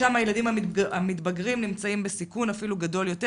שם הילדים המתבגרים נמצאים בסיכון אפילו גדול יותר